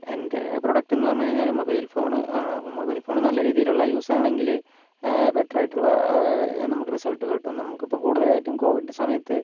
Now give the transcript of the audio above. എന്റെ പ്രോഡക്ട്ന്ന് പറഞ്ഞു കഴിഞ്ഞാൽ മൊബൈൽ ഫോണ് ആണ് അപ്പോൾ മൊബൈൽ ഫോൺ നല്ലരീതിയിലുള്ള യൂസാണെങ്കിൽ ബെറ്ററയിട്ടുള്ള നമുക്ക് റിസൾട്ട് കിട്ടും നമുക്കിപ്പോൾ കൂടുതലായിട്ടും കൊവിഡ് സമയത്ത്